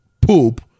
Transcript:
poop